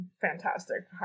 fantastic